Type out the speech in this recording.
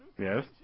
Yes